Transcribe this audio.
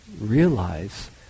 realize